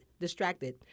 distracted